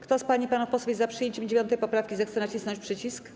Kto z pań i panów posłów jest za przyjęciem 9. poprawki, zechce nacisnąć przycisk.